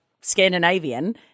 Scandinavian